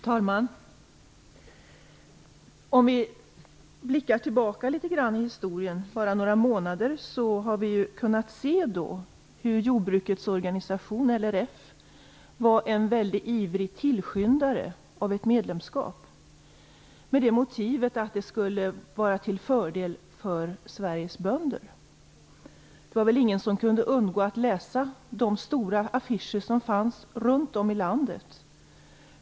Fru talman! Om vi blickar tillbaka litet grand i historien bara några månader kan vi se hur jordbrukets organisation, LRF, var en väldigt ivrig tillskyndare av ett EU-medlemskap, med motivet att det skulle vara till fördel för Sveriges bönder. Det var väl ingen som kunde undgå att läsa de stora affischer som fanns runt om i landet.